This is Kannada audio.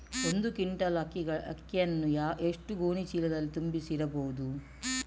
ಒಂದು ಕ್ವಿಂಟಾಲ್ ಅಕ್ಕಿಯನ್ನು ಎಷ್ಟು ಗೋಣಿಚೀಲದಲ್ಲಿ ತುಂಬಿಸಿ ಇಡಬಹುದು?